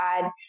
God